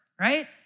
right